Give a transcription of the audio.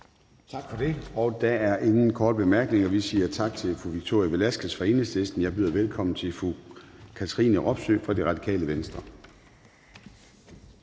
Tak for det. Der er ingen korte bemærkninger. Vi siger tak til fru Victoria Velasquez fra Enhedslisten. Jeg byder velkommen til fru Katrine Robsøe fra Radikale Venstre.